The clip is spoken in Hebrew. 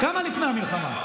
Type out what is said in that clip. כמה לפני המלחמה?